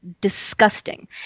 disgusting